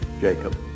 Jacob